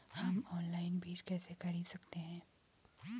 हम ऑनलाइन बीज कैसे खरीद सकते हैं?